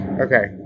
Okay